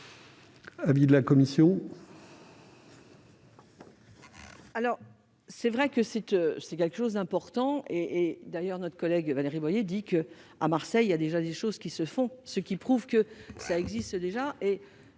l'avis de la commission ?